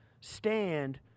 Stand